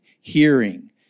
hearing